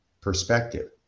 perspective